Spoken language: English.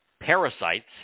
parasites